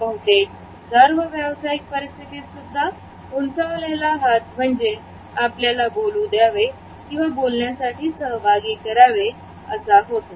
बहुतेक सर्व व्यवसायिक परिस्थितीत सुद्धा उंचावलेला हात म्हणजे आपल्याला बोलू द्यावे किंवा बोलण्यासाठी सहभाग करावे असा होतो